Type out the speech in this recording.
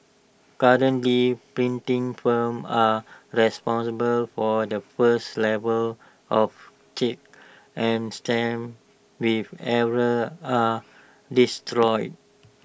currently printing firms are responsible for the first level of checks and stamps with errors are destroyed